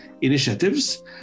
initiatives